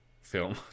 film